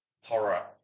horror